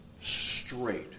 straight